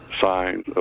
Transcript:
Signs